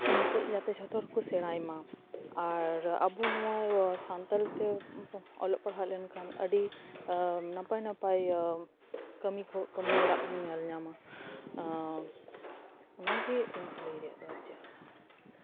ᱚᱱᱟ ᱠᱚ ᱡᱟᱛᱮ ᱡᱚᱛᱚ ᱦᱚᱲ ᱠᱚ ᱥᱮᱬᱟᱭ ᱢᱟ ᱟᱨ ᱟᱵᱚ ᱱᱚᱣᱟ ᱥᱟᱱᱛᱟᱲ ᱛᱮ ᱵᱚ ᱚᱞᱚᱜ ᱯᱟᱲᱦᱟ ᱞᱮᱱᱠᱷᱟᱱ ᱟᱹᱰᱤ ᱱᱟᱯᱟᱭ ᱱᱟᱯᱟᱭ ᱠᱟᱹᱢᱤ ᱠᱚ ᱠᱟᱹᱢᱤ ᱦᱚᱨᱟ ᱠᱚᱵᱚᱱ ᱧᱮᱞ ᱧᱟᱢᱟ ᱚᱱᱟᱜᱮ ᱤᱧᱟᱹᱜ ᱞᱟᱹᱭ ᱨᱮᱭᱟᱜ ᱫᱚ ᱟᱨ ᱪᱮᱫ ᱦᱚᱸ ᱵᱟᱝ